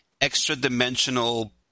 extra-dimensional